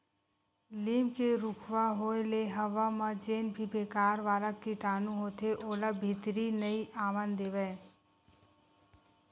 लीम के रूखवा होय ले हवा म जेन भी बेकार वाला कीटानु होथे ओला भीतरी नइ आवन देवय